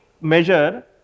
measure